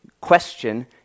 question